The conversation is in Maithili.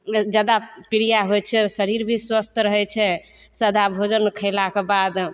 जादा प्रिय होइत छै शरीर भी स्वस्थ रहैत छै सादा भोजन खयलाके बाद